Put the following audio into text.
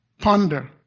ponder